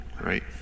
Right